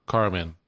Carmen